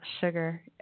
sugar